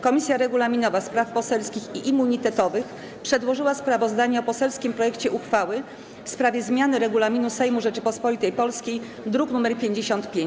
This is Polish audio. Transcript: Komisja Regulaminowa, Spraw Poselskich i Immunitetowych przedłożyła sprawozdanie o poselskim projekcie uchwały w sprawie zmiany Regulaminu Sejmu Rzeczypospolitej Polskiej, druk nr 55.